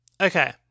Okay